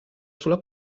sulla